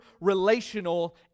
relational